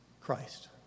Christ